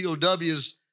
POWs